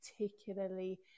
particularly